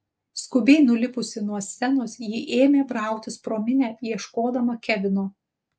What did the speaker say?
skubiai nulipusi nuo scenos ji ėmė brautis pro minią ieškodama kevino